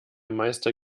meister